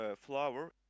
flower